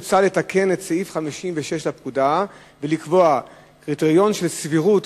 מוצע לתקן את סעיף 56 לפקודה ולקבוע קריטריון של סבירות